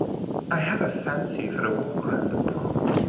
i have a fancy for a walk round the pond,